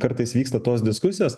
kartais vyksta tos diskusijos